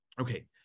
Okay